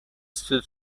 stood